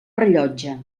rellotge